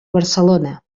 barcelona